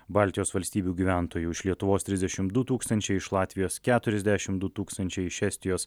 baltijos valstybių gyventojų iš lietuvos trisdešimt du tūkstančiai iš latvijos keturiasdešimt du tūkstančiai iš estijos